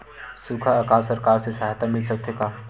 सुखा अकाल सरकार से सहायता मिल सकथे का?